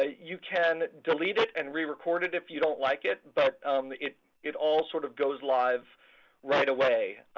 ah you can delead it and rerecord it if you don't like it. but it it all sort of goes live right away.